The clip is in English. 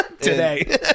today